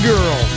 Girl